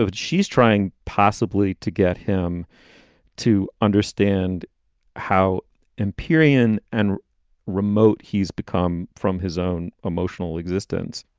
ah but she's trying possibly to get him to understand how empyrean and remote he's become from his own emotional existence